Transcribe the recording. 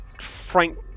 Frank